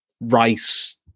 Rice